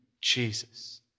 jesus